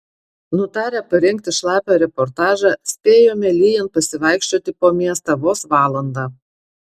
nutarę parengti šlapią reportažą spėjome lyjant pasivaikščioti po miestą vos valandą